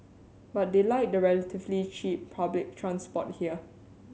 but they like the relatively cheap public transport here